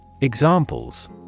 Examples